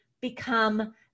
become